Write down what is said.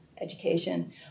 education